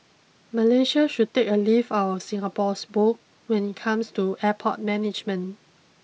Malaysia should take a leaf out of Singapore's book when it comes to airport management